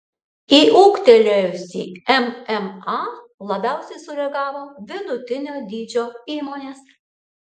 į ūgtelėjusį mma labiausiai sureagavo vidutinio dydžio įmonės